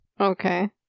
Okay